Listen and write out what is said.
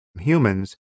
humans